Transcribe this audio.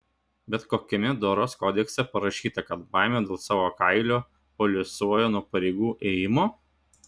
bet kokiame doros kodekse parašyta kad baimė dėl savo kailio paliuosuoja nuo pareigų ėjimo